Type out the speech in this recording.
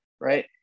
right